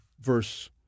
verse